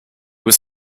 was